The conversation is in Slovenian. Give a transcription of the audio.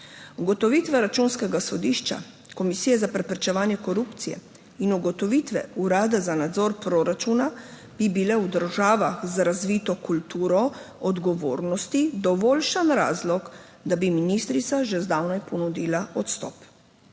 Ugotovitve Računskega sodišča, Komisije za preprečevanje korupcije in ugotovitve Urada za nadzor proračuna bi bile v državah z razvito kulturo odgovornosti dovoljšen razlog, da bi ministrica že zdavnaj ponudila odstop.